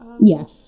yes